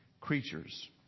creatures